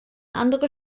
andere